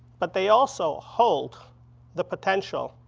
but they also hold the potential